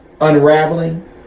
unraveling